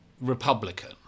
Republican